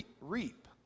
reap